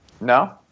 No